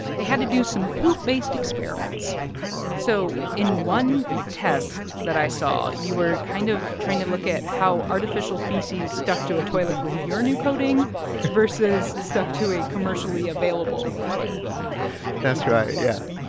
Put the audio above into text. they had to do some poop-based experiments so in one test that i saw, you were kind of trying to look at how artificial feces stuck to a toilet with your new coating versus stuck to a commercially available toilet that's right, yeah.